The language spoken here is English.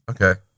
okay